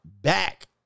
back